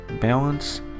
balance